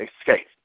escape